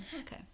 Okay